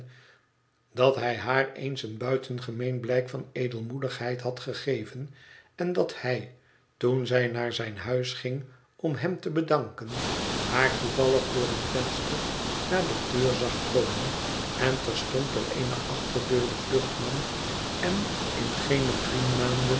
dat hij haar eens een buitengemeen blijk van edelmoedigheid had gegeven en dat hij toen zij naar zijn huis ging om hem te bedanken haar toevallig door een venster naar de deur zag komen en terstond door eene achterdeur de vlucht nam en in geene drie maanden